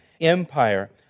empire